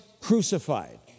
crucified